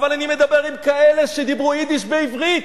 אבל אני מדבר עם כאלה שדיברו יידיש בעברית,